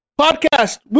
Podcast